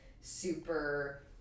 super